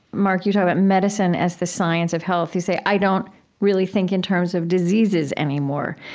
mark, you talk about medicine as the science of health. you say, i don't really think in terms of diseases anymore,